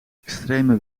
extreme